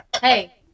Hey